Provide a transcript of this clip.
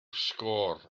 sgôr